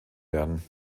werden